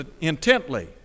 intently